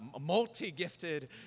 multi-gifted